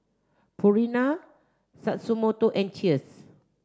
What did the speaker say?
Purina Tatsumoto and Cheers